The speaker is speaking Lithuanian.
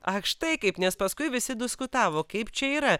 ak štai kaip nes paskui visi diskutavo kaip čia yra